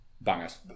bangers